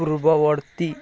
ପୂର୍ବବର୍ତ୍ତୀ